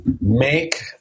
make